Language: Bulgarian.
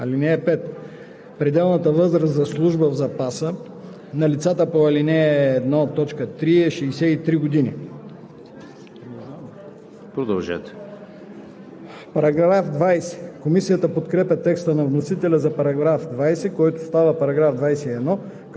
г) досегашната т. 3 става т. 4 и в нея думите „63 години“ се заменят с 65 години;“. 2. Създава се ал. 5: „(5) Пределната възраст за служба в запаса на лицата по ал. 1, т. 3 е 63 години.“